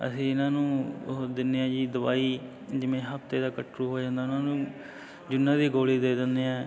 ਅਸੀਂ ਇਹਨਾਂ ਨੂੰ ਉਹ ਦਿੰਦੇ ਹਾਂ ਜੀ ਦਵਾਈ ਜਿਵੇਂ ਹਫਤੇ ਦਾ ਕੱਟਰੂ ਹੋ ਜਾਂਦਾ ਉਹਨਾਂ ਨੂੰ ਜੂੰਨਾਂ ਦੀ ਗੋਲੀ ਦੇ ਦਿੰਦੇ ਹਾਂ